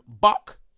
Buck